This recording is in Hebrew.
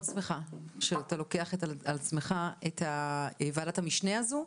שמחה שאתה לוקח על עצמך את ועדת המשנה הזו.